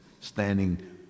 standing